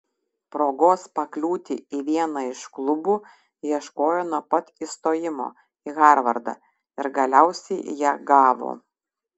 progos pakliūti į vieną iš klubų ieškojo nuo pat įstojimo į harvardą ir galiausiai ją gavo